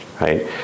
right